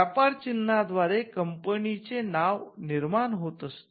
व्यापार चिन्हा द्वारे कंपनीचे नाव निर्माण होत असते